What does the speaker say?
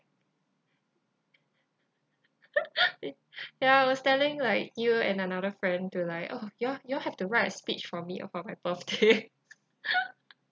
ya I was telling like you and another friend to like oh ya you all have to write a speech for me for my birthday